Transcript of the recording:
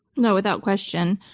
no, without question.